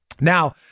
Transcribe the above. Now